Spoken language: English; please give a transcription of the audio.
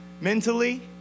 mentally